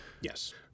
Yes